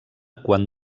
quan